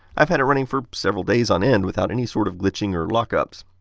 i've had it running for several days on end without any sort of glitching or lockups.